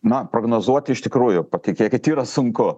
na prognozuoti iš tikrųjų patikėkit yra sunku